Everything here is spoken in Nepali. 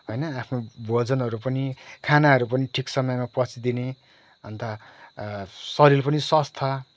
होइन आफ्नो भोजनहरू पनि खानाहरू पनि ठिक समयमा पचिदिने अन्त शरीर पनि स्वास्थ्य